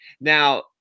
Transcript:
Now